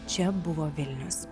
čia buvo vilnius